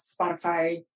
Spotify